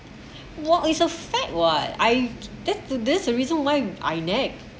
what is a fact what I did this a reason like I nag